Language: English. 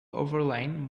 overlain